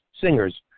singers